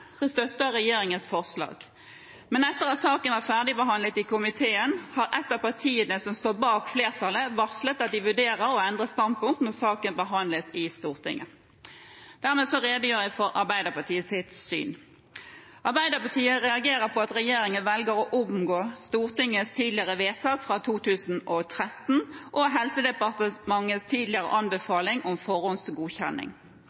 de vurderer å endre standpunkt når saken behandles i Stortinget. Dermed redegjør jeg for Arbeiderpartiets syn. Arbeiderpartiet reagerer på at regjeringen velger å omgå Stortingets tidligere vedtak fra 2013 og Helsedepartementets tidligere